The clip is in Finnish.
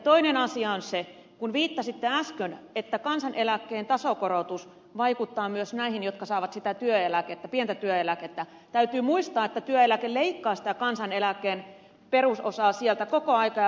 toinen asia on se että kun viittasitte äsken että kansaneläkkeen tasokorotus vaikuttaa myös näihin jotka saavat sitä pientä työeläkettä niin täytyy muistaa että työeläke leikkaa sitä kansaneläkkeen perusosaa sieltä koko ajan vähentävästi